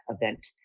event